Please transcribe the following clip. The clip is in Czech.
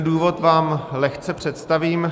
Důvod vám lehce představím.